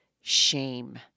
Shame